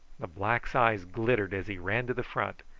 the black's eyes glittered as he ran to the front,